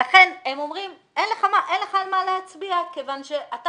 לכן הם אומרים שאין לך על מה להצביע כיוון שאתה